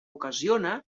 ocasiona